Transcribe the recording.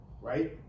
Right